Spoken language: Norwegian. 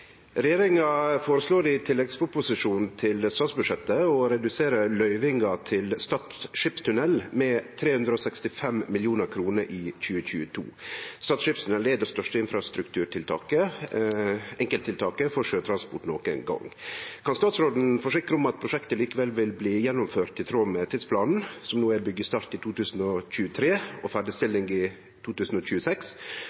foreslår i tilleggsproposisjonen til statsbudsjettet å redusere løyvinga til Stad skipstunnel, det største infrastrukturtiltaket for sjøtransport nokon gong, med 365 mill. kroner i 2022. Kan statsråden forsikre om at prosjektet likevel vil bli gjennomført i tråd med tidsplanen, byggjestart i 2023 og ferdigstilling i 2026, og